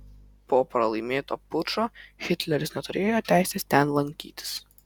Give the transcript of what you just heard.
po pralaimėto pučo hitleris neturėjo teisės ten lankytis